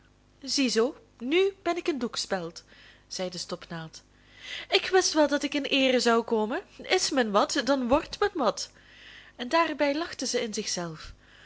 ziezoo nu ben ik een doekspeld zei de stopnaald ik wist wel dat ik in eere zou komen is men wat dan wordt men wat en daarbij lachte zij in